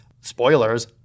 spoilers